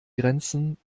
grenzen